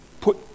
put